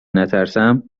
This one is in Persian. نترسم